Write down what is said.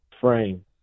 frame